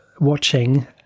watching